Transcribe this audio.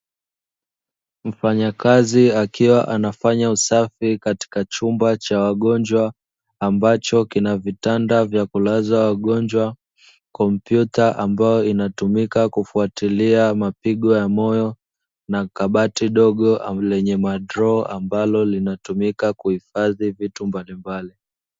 Mfanyakazi akiwa anafanya usafi katika chumba cha wagongwa ambacho kina vitanda vya kulaza wagonjwa, kompyuta ambayo inatumika kufuatilia mapigo ya moyo na kabati dogo lenye madroo ambalo linatumika kuhifadhi vitu mbalimbali.